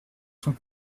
sont